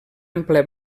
ampla